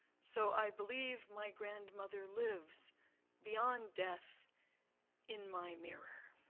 so i believe my grandmother lives beyond death in my mirror.